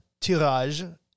tirage